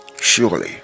Surely